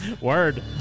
Word